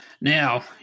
Now